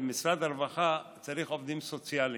במשרד הרווחה צריך עובדים סוציאליים.